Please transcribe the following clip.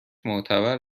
معتبر